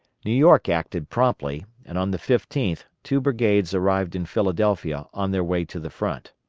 new york acted promptly, and on the fifteenth two brigades arrived in philadelphia on their way to the front.